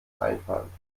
einfallen